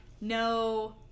No